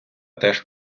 теж